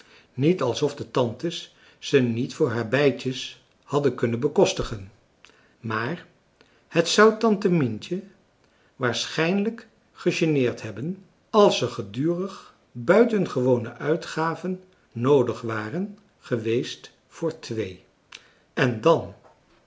niet alsof de tantes ze niet voor haar beidjes hadden kunnen bekostigen maar het zou tante mientje waarschijnlijk gegeneerd hebben als er gedurig buitengewone uitgaven noodig waren geweest voor twéé en dan